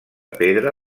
pedra